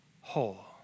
whole